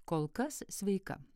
kol kas sveika